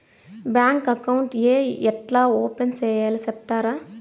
Bank account ఏ ఎట్లా open సేయాలి సెప్తారా?